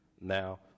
Now